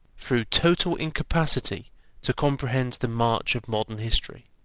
through total incapacity to comprehend the march of modern history.